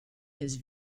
his